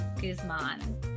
Guzman